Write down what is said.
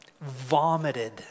vomited